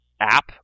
app